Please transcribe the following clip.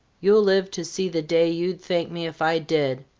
you'll live to see the day you'd thank me if i did.